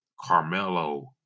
Carmelo